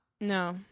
no